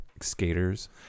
Skaters